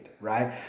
right